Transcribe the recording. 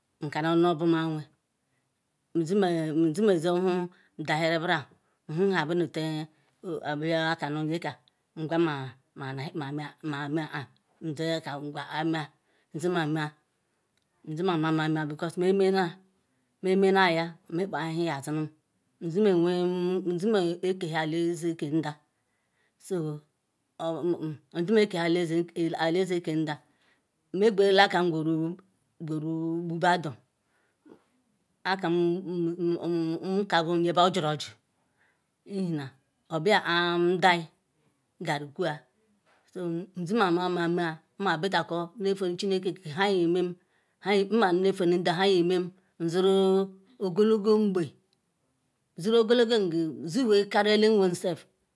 Nu bu ma wee nzimezihu dahiri nbran bente akani nyeka nywa ma-amekpa nzi nqwa kaemeya ndimemea nziamama mea because me menaya nmekpa ewhi zadinu nzime ekehiali elieze ica ndah so nzume ekchiuli elėze ke ndah, meqwurule akaqwunuqbu-badu aka kobu nye me jiroji ihena obia kpo ndayi ngaru kuu so nzi ama-amameya, nmabitako ne-fenu chinekeokike nha yeme madi nefenu ndah nha yrme nziri ogologo egbe ziri ogotogo egbe ziwee garu eleweeseit